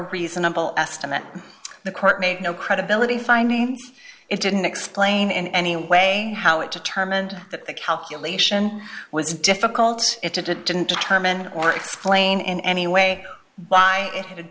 reasonable estimate the court made no credibility finding it didn't explain in any way how it determined that the calculation was difficult to do it didn't determine or explain in any way why it h